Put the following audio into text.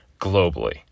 globally